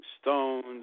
Stones